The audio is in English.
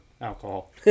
alcohol